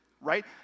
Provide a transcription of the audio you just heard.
right